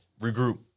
regroup